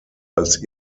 als